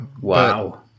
Wow